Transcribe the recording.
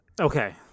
Okay